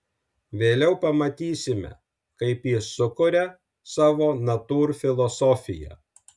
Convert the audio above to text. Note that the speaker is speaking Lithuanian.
vėliau pamatysime kaip jis sukuria savo natūrfilosofiją